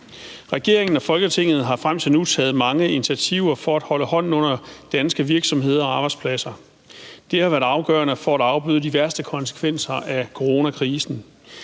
Regeringen og Folketinget har frem til nu taget mange initiativer for at holde hånden under danske virksomheder og arbejdspladser. Det har været afgørende for at afbøde de værste konsekvenser af coronakrisen,